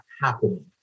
happening